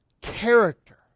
character